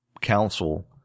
Council